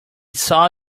saw